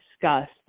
discussed